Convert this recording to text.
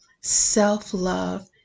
Self-love